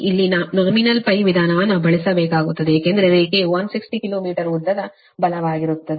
ಇಲ್ಲಿ ನಾಮಿನಲ್ ವಿಧಾನವನ್ನು ಬಳಸಬೇಕಾಗುತ್ತದೆ ಏಕೆಂದರೆ ರೇಖೆಯು 160 ಕಿಲೋ ಮೀಟರ್ ಉದ್ದದ ಬಲವಾಗಿರುತ್ತದೆ